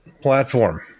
platform